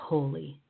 Holy